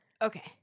Okay